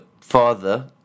father